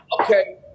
okay